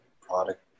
product